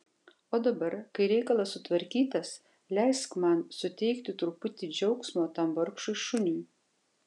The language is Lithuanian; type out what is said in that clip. o dabar kai reikalas sutvarkytas leisk man suteikti truputį džiaugsmo tam vargšui šuniui